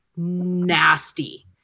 Nasty